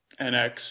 NX